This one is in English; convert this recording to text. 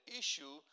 issue